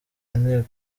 inteko